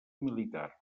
militar